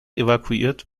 evakuiert